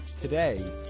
Today